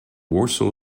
warsaw